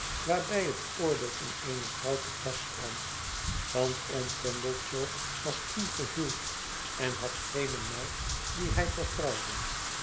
waarbij het oordeel van eene vrouw te pas kwam want oom pumblechook was ongehuwd en had geene meid die hij vertrouwde